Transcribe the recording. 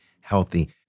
healthy